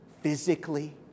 physically